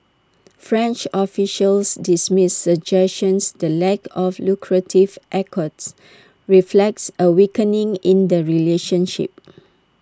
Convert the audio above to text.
French officials dismiss suggestions the lack of lucrative accords reflects A weakening in the relationship